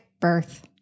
birth